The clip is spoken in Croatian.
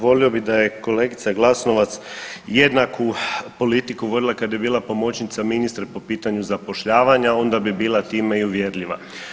Volio bi da je kolegica Glasovac jednaku politiku vodila kad je bila pomoćnica ministra po pitanju zapošljavanja onda bi bila time i uvjerljiva.